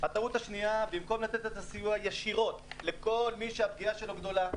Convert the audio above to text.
הטעות השנייה במקום לתת את הסיוע ישירות לכל מי שהפגיעה שלו גדולה,